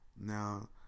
Now